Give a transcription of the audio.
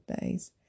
days